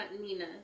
Nina